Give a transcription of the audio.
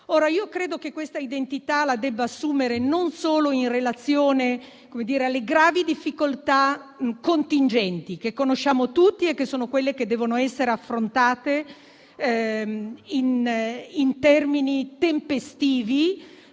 Ora, io credo che questa identità la debba assumere non solo in relazione alle gravi difficoltà contingenti, che conosciamo tutti e che devono essere affrontate in termini tempestivi,